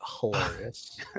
hilarious